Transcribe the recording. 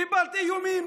קיבלתי איומים.